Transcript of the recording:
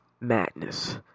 madness